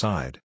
Side